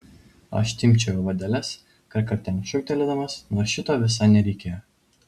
aš timpčiojau vadeles kartkartėm šūktelėdamas nors šito visai nereikėjo